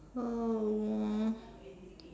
um